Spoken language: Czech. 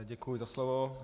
Děkuji za slovo.